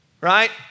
Right